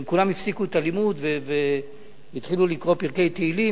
והם כולם הפסיקו את הלימוד והתחילו לקרוא פרקי תהילים.